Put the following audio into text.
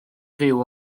fyw